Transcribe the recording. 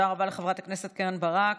תודה רבה לחברת הכנסת קרן ברק.